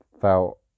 felt